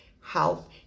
health